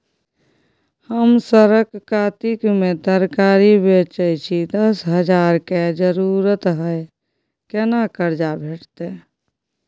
हम सरक कातिक में तरकारी बेचै छी, दस हजार के जरूरत हय केना कर्जा भेटतै?